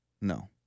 No